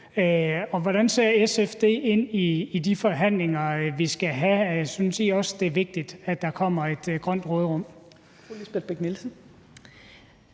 Hvordan ser SF på det i forhold til de forhandlinger, vi skal have? Synes I også, det er vigtigt, at der kommer et grønt råderum?